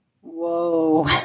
Whoa